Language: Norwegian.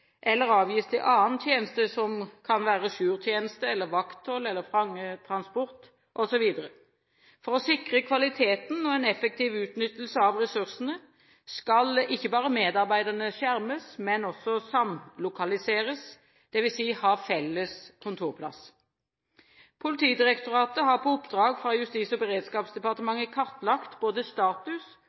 eller avgis til annen tjeneste som jourtjeneste, vakthold, fangetransport osv. For å sikre kvaliteten og en effektiv utnyttelse av ressursene skal medarbeiderne ikke bare skjermes, men også samlokalisere, dvs. ha felles kontorplass. Politidirektoratet har på oppdrag fra Justis- og beredskapsdepartementet kartlagt både status